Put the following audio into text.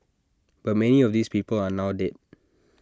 but many of these people are now dead